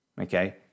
Okay